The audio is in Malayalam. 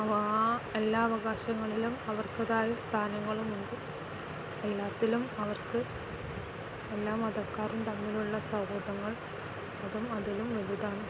അവ എല്ലാ അവകാശങ്ങളിലും അവർക്കതായ സ്ഥാനങ്ങളുമുണ്ട് എല്ലാത്തിലും അവർക്ക് എല്ലാ മതക്കാാരും തമ്മിലുള്ള സൗഹൃദങ്ങൾ അതും അതിലും വലുതാണ്